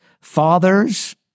Fathers